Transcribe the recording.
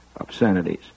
obscenities